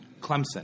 Clemson